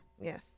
Yes